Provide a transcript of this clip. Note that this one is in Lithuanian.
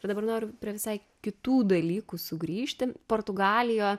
ir dabar noriu prie visai kitų dalykų sugrįžti portugalija